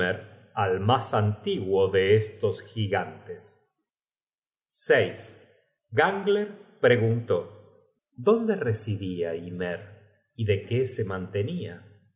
al mas antiguo de estos gigantes gangler preguntó dónde residia ymer y de qué se mantenia